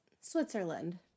Switzerland